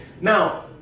Now